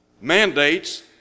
mandates